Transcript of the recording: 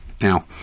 Now